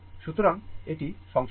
সুতরাং এটি সংশোধন